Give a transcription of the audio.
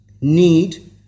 need